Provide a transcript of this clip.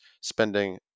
spending